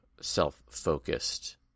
self-focused